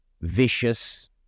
vicious